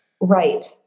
right